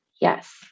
Yes